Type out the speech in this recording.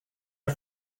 are